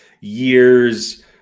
year's